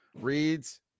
reads